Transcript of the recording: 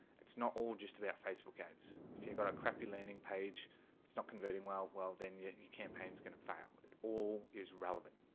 it's not all just about facebook ads if you've got a crappy landing page it's not converting. well, well, then your campaigns gonna fail it all is relevant.